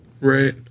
right